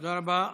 תודה רבה.